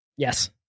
Yes